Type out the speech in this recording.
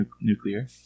nuclear